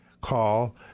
call